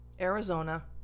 arizona